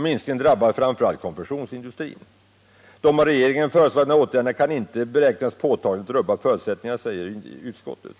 Minskningen drabbar framför allt konfektionsindustrin. ”De av regeringen föreslagna åtgärderna kan inte beräknas påtagligt rubba förutsättningarna för industriverkets prognos”, säger utskottet.